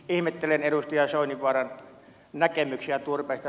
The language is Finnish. ihmettelen edustaja soininvaaran näkemyksiä turpeesta